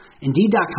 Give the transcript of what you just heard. Indeed.com